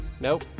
Nope